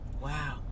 Wow